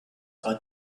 about